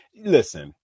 listen